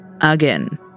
Again